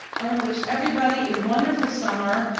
i wanna wish everybody a wonderful summer.